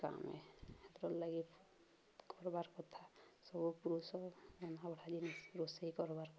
କାମ୍ ଏ ହେଥିର ଲାଗି କର୍ବାର୍ କଥା ସବୁ ପୁରୁଷ ରନ୍ଧା ବଢ଼ା ଜିନିଷ୍ ରୋଷେଇ କର୍ବାର୍ କଥା